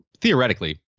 theoretically